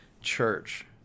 church